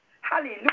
Hallelujah